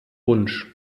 wunsch